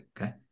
okay